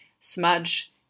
smudge